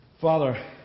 Father